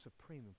supreme